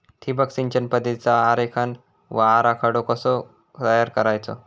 ठिबक सिंचन पद्धतीचा आरेखन व आराखडो कसो तयार करायचो?